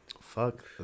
Fuck